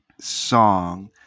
song